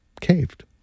caved